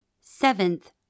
Seventh